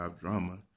drama